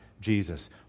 Jesus